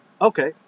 Okay